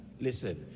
listen